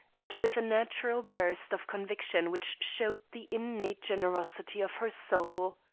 and with a natural burst of conviction which showed the innate generosity of her soul.